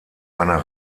einer